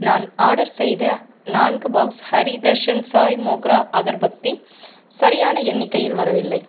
நான் ஆர்டர் செய்த நான்கு பாக்ஸ் ஹரி தர்ஷன் சாய் மோக்ரா அகர்பக்த்தி சரியான எண்ணிக்கையில் வரவில்லை